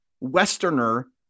Westerner